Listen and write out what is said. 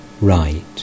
Right